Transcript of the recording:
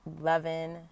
loving